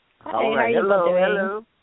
Hello